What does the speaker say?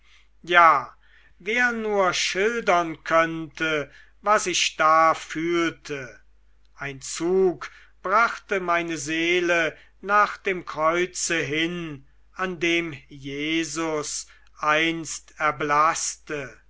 ja wer nur schildern könnte was ich da fühlte ein zug brachte meine seele nach dem kreuze hin an dem jesus einst erblaßte